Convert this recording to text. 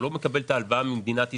הוא לא מקבל את ההלוואה ממדינת ישראל,